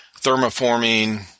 thermoforming